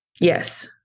Yes